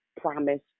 promise